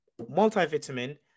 multivitamin